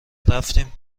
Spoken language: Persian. رفتیم